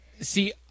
See